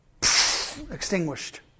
Extinguished